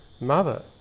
mother